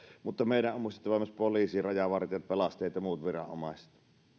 mutta meidän on muistettava myös poliisi rajavartijat pelastajat ja muut viranomaiset